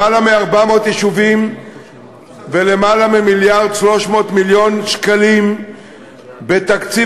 למעלה מ-400 יישובים ולמעלה ממיליארד ו-300 מיליון שקלים בתקציב